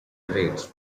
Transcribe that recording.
arranged